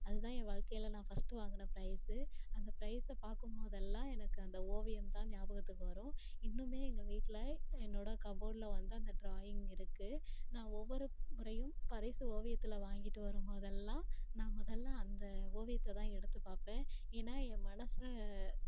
அது தான் என் வாழ்க்கையில நான் ஃபஸ்ட்டு வாங்கின ப்ரைஸ்ஸு அந்த ப்ரைஸ்ஸை பார்க்கும் போதெல்லாம் எனக்கு அந்த ஓவியம் தான் ஞாபகத்துக்கு வரும் இன்னுமே எங்கள் வீட்டில் என்னோடய கப்போர்ட்டில் வந்து அந்த ட்ராயிங் இருக்குது நான் ஒவ்வொரு முறையும் பரிசு ஓவியத்தில் வாங்கிட்டு வரும் போதெல்லாம் நான் முதல்ல அந்த ஓவியத்தை தான் எடுத்துப் பார்ப்பேன் ஏன்னால் என் மனசை